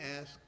ask